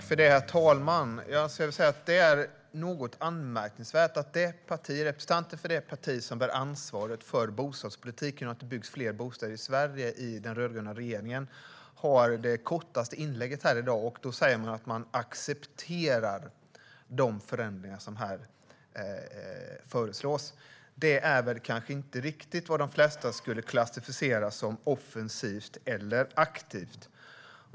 Herr talman! Det är anmärkningsvärt att representanten för det parti i den rödgröna regeringen som bär ansvaret för bostadspolitiken och att det byggs fler bostäder i Sverige har det kortaste inlägget här i dag. Man säger att man accepterar de förändringar som här föreslås. Det är väl kanske inte riktigt vad de flesta skulle klassificera som offensivt eller aktivt.